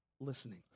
listening